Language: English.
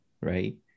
right